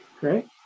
Great